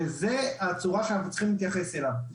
וכך עלינו להתייחס אליו.